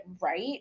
right